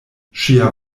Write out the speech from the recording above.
ŝia